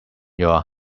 your